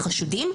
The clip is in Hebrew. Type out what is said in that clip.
החשודים,